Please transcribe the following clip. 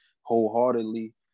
wholeheartedly